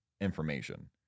information